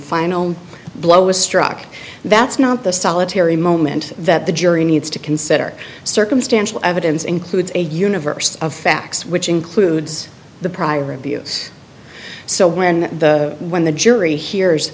final blow was struck that's not the solitary moment that the jury needs to consider circumstantial evidence includes a universe of facts which includes the prior abuse so when the when the jury hears